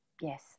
Yes